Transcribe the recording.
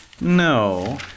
No